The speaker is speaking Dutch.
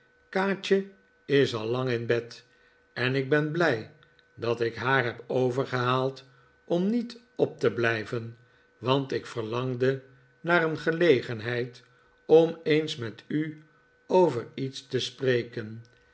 kaatje is al lang in bed en ik ben blij dat ik haar heb overgehaald om niet op te blijven want ik verlangde naar een gelegenheid om eens met u over iets te spreken